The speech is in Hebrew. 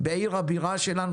בעיר הבירה שלנו.